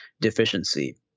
Deficiency